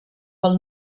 pel